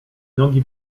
nogi